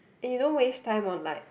and you don't waste time on like